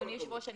אדוני היושב ראש,